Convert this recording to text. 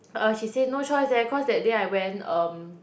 uh she say no choice eh cause that day I went um